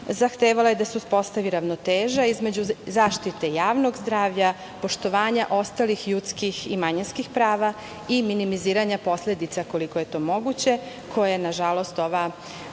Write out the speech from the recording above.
zahtevala je da se uspostavi ravnoteža između zaštite javnog zdravlja, poštovanja ostalih ljudskih i manjinskih prava i minimiziranja posledica, koliko je to moguće, koje je nažalost ova